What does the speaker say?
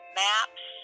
maps